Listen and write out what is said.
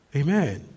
amen